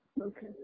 okay